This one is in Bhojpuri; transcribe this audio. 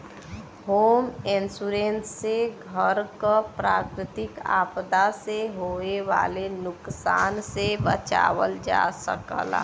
होम इंश्योरेंस से घर क प्राकृतिक आपदा से होये वाले नुकसान से बचावल जा सकला